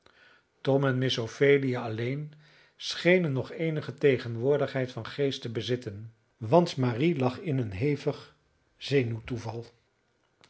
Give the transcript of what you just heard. tom en miss ophelia alleen schenen nog eenige tegenwoordigheid van geest te bezitten want marie lag in een heftig